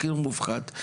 מחיר מופחת.